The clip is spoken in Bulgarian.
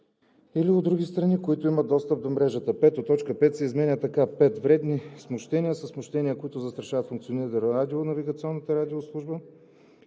или от други страни, които имат достъп до мрежата.“ 5. Точка 5 се изменя така: „5. „Вредни смущения“ са смущения, които застрашават функционирането на радионавигационна радиослужба